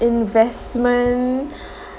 investment